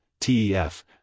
TEF